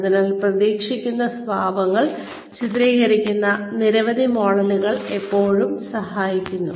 അതിനാൽ പ്രതീക്ഷിക്കുന്ന സ്വഭാവങ്ങൾ ചിത്രീകരിക്കുന്ന നിരവധി മോഡലുകൾ എല്ലായ്പ്പോഴും സഹായിക്കുന്നു